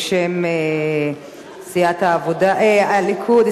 בשם סיעות הליכוד,